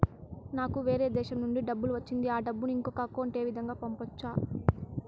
నాకు వేరే దేశము నుంచి డబ్బు వచ్చింది ఆ డబ్బును ఇంకొక అకౌంట్ ఏ విధంగా గ పంపొచ్చా?